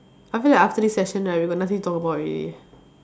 I feel like after this session right we got nothing to talk about already